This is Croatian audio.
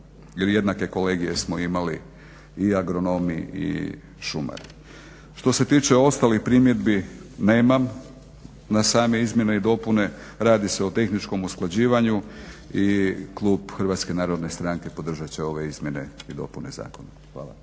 jednake kolegije smo imali i agronomi i šumari. Što se tiče ostalih primjedbi nemam na same izmjene i dopune, radi se o tehničkom usklađivanju i Klub Hrvatske narodne stranke podržati će ove Izmjene i dopune zakona. Hvala.